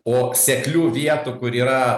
o seklių vietų kur yra